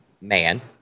man